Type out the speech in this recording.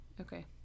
Okay